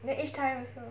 then each time also